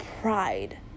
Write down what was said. pride